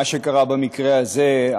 מה שקרה במקרה הזה,